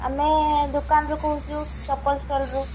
ହଁ ଦୋକାନରୁ କହୁଛୁ ଚପଲ ଷ୍ଟଲରୁ